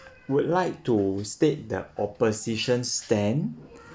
would like to state the opposition stand